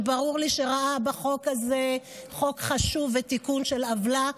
שברור לי שראה בחוק הזה חוק חשוב ותיקון של עוולה,